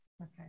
Okay